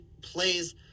plays